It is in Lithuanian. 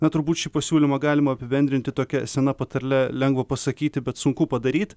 na turbūt šį pasiūlymą galima apibendrinti tokia sena patarle lengva pasakyti bet sunku padaryt